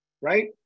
right